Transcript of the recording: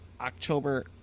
October